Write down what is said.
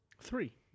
three